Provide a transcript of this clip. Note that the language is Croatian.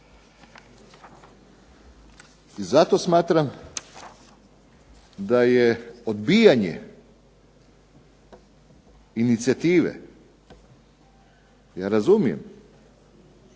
I zato smatram da je odbijanje inicijative, ja razumijem